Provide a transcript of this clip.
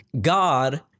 God